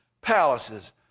palaces